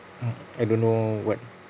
I don't know what